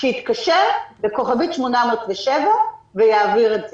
שיתקשר ל-8007* ויעביר את זה.